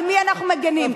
על מי אנחנו מגינים?